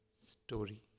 story